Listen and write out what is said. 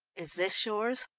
is this yours?